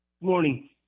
Morning